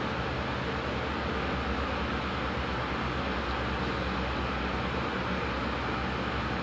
but I want to be like a full on farmer I don't know I think I've had this dream like since secondary school